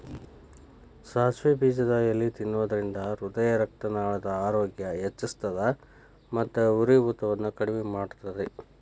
ಸಾಸಿವೆ ಬೇಜದ ಎಲಿ ತಿನ್ನೋದ್ರಿಂದ ಹೃದಯರಕ್ತನಾಳದ ಆರೋಗ್ಯ ಹೆಚ್ಹಿಸ್ತದ ಮತ್ತ ಉರಿಯೂತವನ್ನು ಕಡಿಮಿ ಮಾಡ್ತೆತಿ